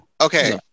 Okay